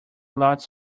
lots